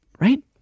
Right